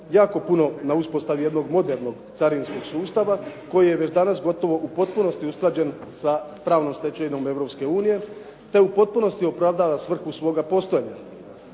jako puno na uspostavi jednog modernog carinskog sustava koji je već danas u potpunosti usklađen sa pravnom stečevinom Europske unije te u potpunosti opravdava svrhu svoga postojanja.